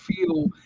feel